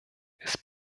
ist